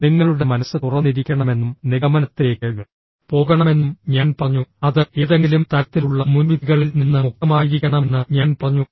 നിങ്ങളുടെ മനസ്സ് തുറന്നിരിക്കണമെന്നും നിഗമനത്തിലേക്ക് പോകണമെന്നും ഞാൻ പറഞ്ഞു അത് ഏതെങ്കിലും തരത്തിലുള്ള മുൻവിധികളിൽ നിന്ന് മുക്തമായിരിക്കണമെന്ന് ഞാൻ പറഞ്ഞു